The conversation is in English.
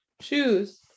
shoes